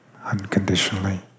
unconditionally